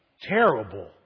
terrible